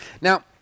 Now